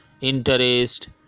interest